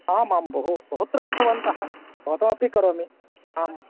आम् आं बहु बहुत्र कृतवन्तः भवतामपि करोमि आम्